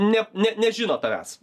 ne ne nežino tavęs